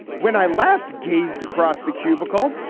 when i last gazed across the cubicle,